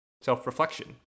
self-reflection